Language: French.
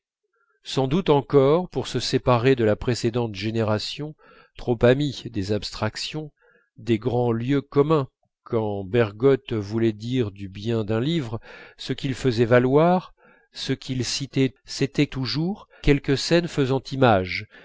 sans doute encore pour se séparer de la précédente génération trop amie des abstractions des grands lieux communs quand bergotte voulait dire du bien d'un livre ce qu'il faisait valoir ce qu'il citait c'était toujours quelque scène faisant image